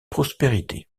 prospérité